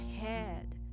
head